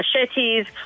machetes